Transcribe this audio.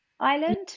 island